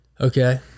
Okay